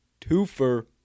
twofer